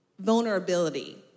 vulnerability